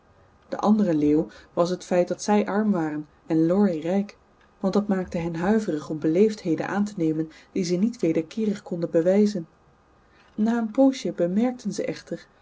de andere leeuw was het feit dat ze arm waren en laurie rijk want dat maakte hen huiverig om beleefdheden aan te nemen die ze niet wederkeerig konden bewijzen na een poosje bemerkten ze echter